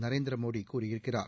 நரேந்திர மோடி கூறியிருக்கிறார்